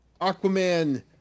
Aquaman